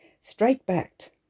straight-backed